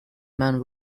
man